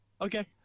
okay